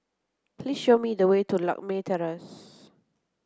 please show me the way to Lakme Terrace